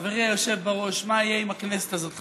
חברי היושב-ראש, מה יהיה עם הכנסת הזאת?